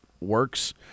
works